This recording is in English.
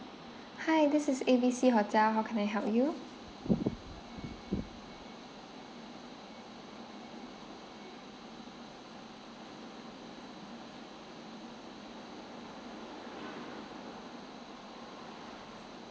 hi this is A B C hotel how can I help you